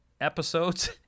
episodes